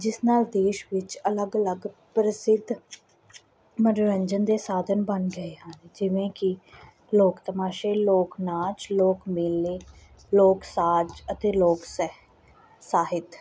ਜਿਸ ਨਾਲ ਦੇਸ਼ ਵਿੱਚ ਅਲੱਗ ਅਲੱਗ ਪ੍ਰਸਿੱਧ ਮਨੋਰੰਜਨ ਦੇ ਸਾਧਨ ਬਣ ਗਏ ਹਨ ਜਿਵੇਂ ਕਿ ਲੋਕ ਤਮਾਸ਼ੇ ਲੋਕ ਨਾਚ ਲੋਕ ਮੇਲੇ ਲੋਕ ਸਾਜ ਅਤੇ ਲੋਕ ਸਾਹਿਤ ਸਾਹਿਤ